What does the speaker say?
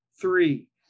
Three